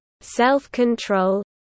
self-control